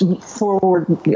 forward